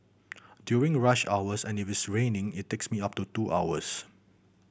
during rush hours and if it's raining it takes me up to two hours